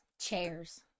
chairs